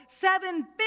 seven